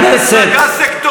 את הישות הכלל-ציבורית?